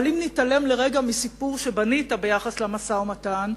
אבל אם נתעלם לרגע מהסיפור שבנית ביחס למשא-ומתן,